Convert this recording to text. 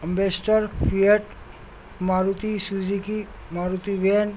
ambassador Fiat Maruti Suzuki Maruti when